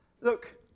look